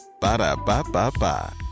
Ba-da-ba-ba-ba